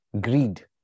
greed